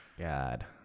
God